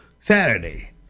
Saturday